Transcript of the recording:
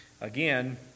again